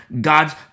God's